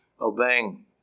obeying